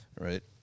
right